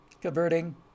Converting